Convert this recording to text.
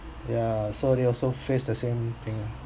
ya so they also face the same thing ah